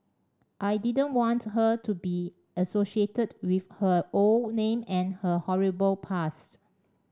I didn't want her to be associated with her old name and her horrible past